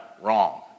Wrong